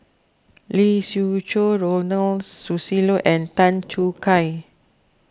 Lee Siew Choh Ronald Susilo and Tan Choo Kai